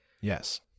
Yes